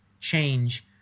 change